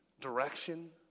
direction